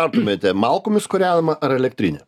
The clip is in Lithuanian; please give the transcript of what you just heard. apmetė malkomis kūrenamą ar elektrinę